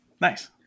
nice